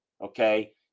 okay